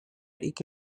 iki